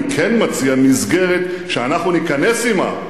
אני כן מציע מסגרת שאנחנו ניכנס עמה,